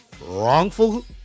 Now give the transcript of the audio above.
wrongful